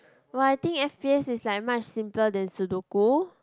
!wah! I think F_P_S is like much simpler than Sudoku